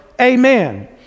amen